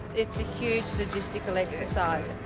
it's a huge logistical exercise and